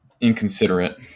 inconsiderate